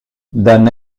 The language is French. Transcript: d’un